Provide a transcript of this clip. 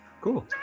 Cool